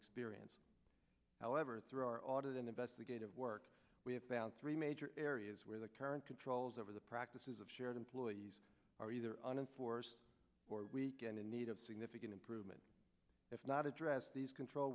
experience however through our audit and investigative work we have found three major areas where the current controls over the practices of shared employees are either unenforced or weak and in need of significant improvement if not addressed these control